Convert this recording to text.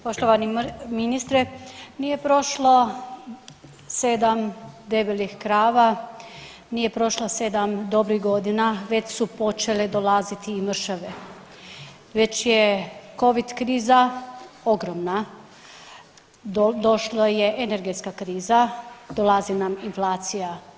Poštovani ministre nije prošlo sedam debelih krava, nije prošlo sedam dobrih godina već su počele dolaziti i mršave, već je covid kriza ogromna, došlo je energetska kriza, dolazi nam inflacija.